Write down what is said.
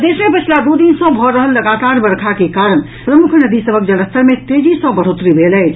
प्रदेश मे पछिला दू दिन सँ भऽ रहल लगातार वर्षा के कारण प्रमुख नदी सभक जलस्तर मे तेजी सँ बढ़ोतरी भेल अछि